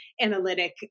analytic